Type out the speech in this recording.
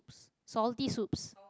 salty soups